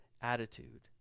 attitude